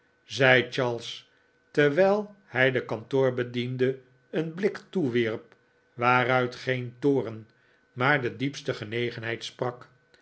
zei charles terwijl hij den kantoorbediende een blik toewierp waaruit geen toorn maar de diepste gfenegenheid sprak